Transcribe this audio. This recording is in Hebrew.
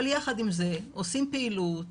אבל יחד עם זה, עושים פעילות,